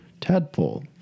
Tadpole